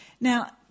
Now